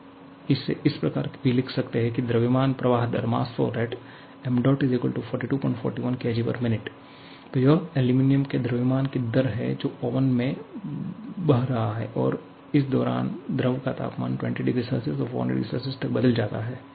आप इसे इस प्रकार भी लिख सकते हैं जैसे कि द्रव्यमान प्रवाह दर 𝑚̇ 4241 𝑘𝑔𝑚𝑖𝑛 तो यह एल्यूमीनियम के द्रव्यमान की दर है जो ओवन में बह रहा है और इस दौरान द्रव का तापमान 20 oCसे 400 oC तक बदल जाता है